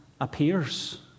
appears